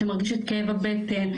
שמרגיש את כאב הבטן,